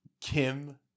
Kim